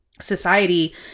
society